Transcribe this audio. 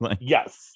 yes